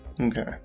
Okay